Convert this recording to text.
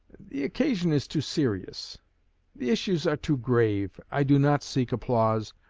the occasion is too serious the issues are too grave. i do not seek applause,